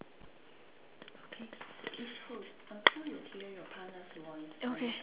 with a bear there's what why